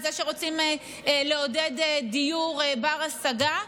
על זה שרוצים לעודד דיור בר-השגה,